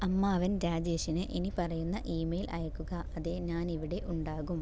അമ്മാവൻ രാജേഷിന് ഇനി പറയുന്ന ഇ മെയിൽ അയയ്ക്കുക അതെ ഞാൻ ഇവിടെ ഉണ്ടാകും